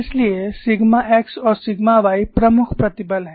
इसलिए sigma x और sigma y प्रमुख प्रतिबल हैं